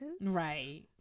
Right